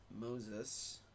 Moses